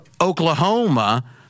Oklahoma